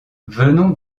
venant